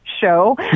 show